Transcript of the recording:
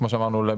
כמו שאמרנו,